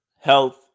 health